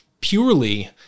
purely